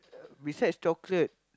besides chocolate